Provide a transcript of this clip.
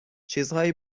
چیزهایی